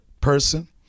person